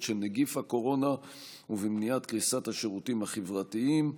של נגיף הקורונה ובמניעת קריסת השירותים החברתיים.